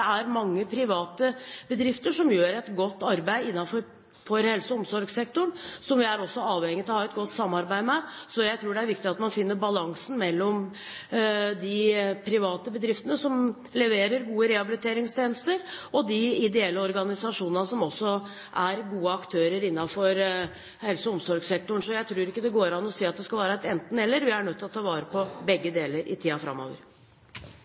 er avhengig av å ha et godt samarbeid med. Jeg tror det er viktig at man finner balansen mellom de private bedriftene som leverer gode rehabiliteringstjenester, og de ideelle organisasjonene som også er gode aktører innenfor helse- og omsorgssektoren. Så jeg tror ikke det går an å si at det skal være et enten–eller her. Vi er nødt til å ta vare på begge parter i tiden framover.